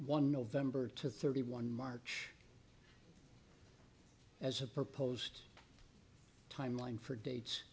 one november to thirty one march as a proposed timeline for dates